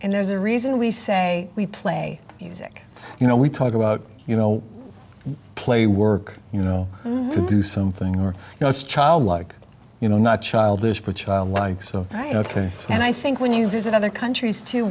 and there's a reason we say we play music you know we talk about you know play work you know to do something or you know it's childlike you know not childish but childlike so and i think when you visit other countries to